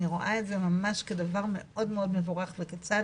אני רואה את זה ממש כדבר מאוד מאוד מבורך וכצעד